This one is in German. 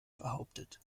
behauptet